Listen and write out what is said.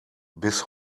bis